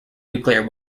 nuclear